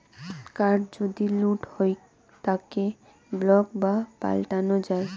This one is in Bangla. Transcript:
কার্ড যদি লুট হউক তাকে ব্লক বা পাল্টানো যাই